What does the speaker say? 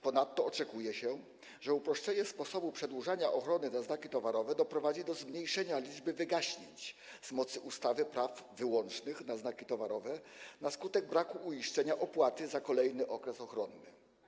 Ponadto oczekuje się, że uproszczenie sposobu przedłużania ochrony na znaki towarowe doprowadzi do zmniejszenia liczby wygaśnięć z mocy ustawy praw wyłącznych na znaki towarowe na skutek braku uiszczenia opłaty za kolejny okres ochronny.